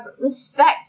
respect